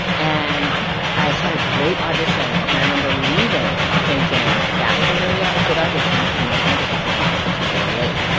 and i had a great audition ok and i remember leaving thinking, that was a really ah good audition, but you're not going to get the job because you were late. yeah.